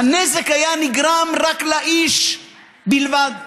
הנזק היה נגרם רק לאיש בלבד,